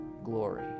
glory